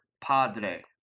Padre